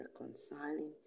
reconciling